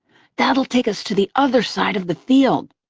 that'll take us to the other side of the field.